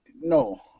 No